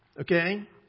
Okay